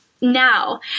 Now